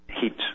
heat